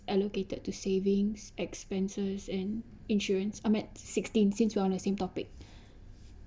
allocated to savings expenses and insurance I'm at sixteen since we're on the same topic